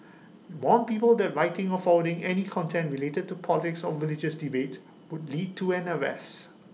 IT warned people that writing or forwarding any content related to politics or religious debates would lead to an arrest